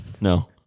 no